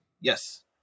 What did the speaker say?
Yes